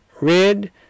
red